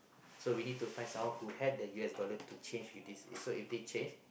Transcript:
so we need to find someone who had the U_S dollar to change with this so if they change